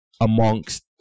amongst